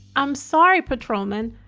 i'm sorry, patrolman.